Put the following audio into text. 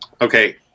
Okay